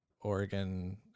Oregon